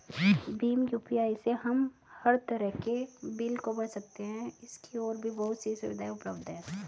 Bhim UPI से हम हर तरह के बिल को भर सकते है, इसकी और भी बहुत सी सुविधाएं उपलब्ध है